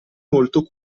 molto